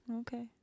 Okay